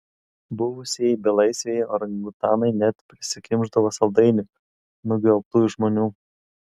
buvusieji belaisviai orangutanai net prisikimšdavo saldainių nugvelbtų iš žmonių